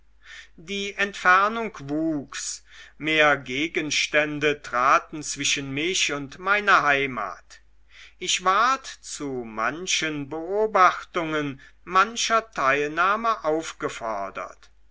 die entfernung wuchs mehr gegenstände traten zwischen mich und meine heimat ich ward zu manchen beobachtungen mancher teilnahme aufgefordert